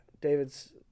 david's